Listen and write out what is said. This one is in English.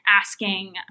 asking